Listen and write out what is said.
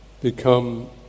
become